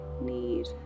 need